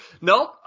Nope